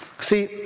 see